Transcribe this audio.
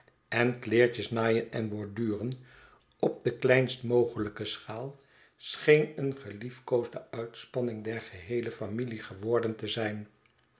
en kleertjes naaien en borduren op de kleinst mogelijke schaal scheen een gelief koosde uitspanning der geheele familie geworden te zijn